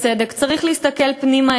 בצדק: צריך להסתכל פנימה,